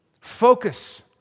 Focus